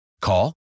Call